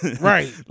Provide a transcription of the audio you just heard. Right